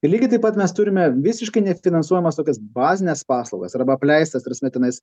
ir lygiai taip pat mes turime visiškai nefinansuojamas tokias bazines paslaugas arba apleistas ta prasme tenais